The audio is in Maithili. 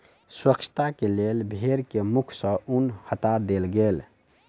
स्वच्छता के लेल भेड़ के मुख सॅ ऊन हटा देल गेल